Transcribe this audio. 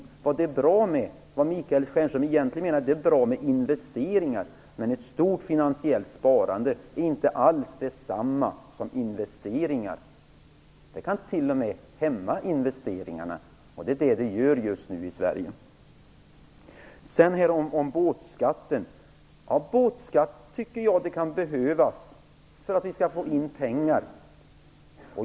Vad Michael Stjernström egentligen menar är att det är bra med investeringar. Ett stort finansiellt sparande är inte alls detsamma som investeringar. Det kan t.o.m. hämma investeringarna, och det gör det just nu i Sverige. Jag tycker att det kan behövas en båtskatt för att vi skall få in pengar.